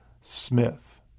Smith